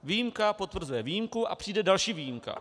Výjimka potvrzuje výjimku a přijde další výjimka.